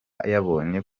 yabonye